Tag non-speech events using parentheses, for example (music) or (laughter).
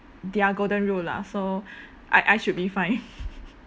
their golden rule lah so I I should be fine (laughs)